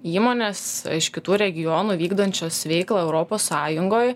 įmonės iš kitų regionų vykdančios veiklą europos sąjungoj